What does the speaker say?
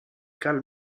karl